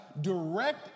direct